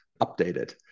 updated